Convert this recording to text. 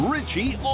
Richie